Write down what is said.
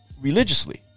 religiously